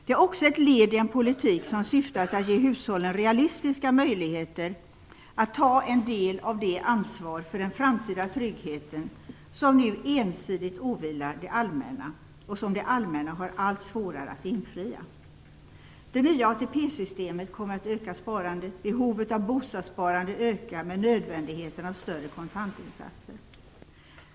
Det är också ett led i en politik som syftar till att ge hushållen realistiska möjligheter att ta en del av det ansvar för den framtida tryggheten som nu ensidigt åvilar det allmänna och som det allmänna har allt svårare att infria. Det nya ATP-systemet kommer att öka sparandet. Behovet av bostadssparande ökar med nödvändigheten av större kontantinsatser.